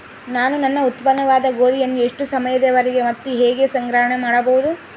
ನಾನು ನನ್ನ ಉತ್ಪನ್ನವಾದ ಗೋಧಿಯನ್ನು ಎಷ್ಟು ಸಮಯದವರೆಗೆ ಮತ್ತು ಹೇಗೆ ಸಂಗ್ರಹಣೆ ಮಾಡಬಹುದು?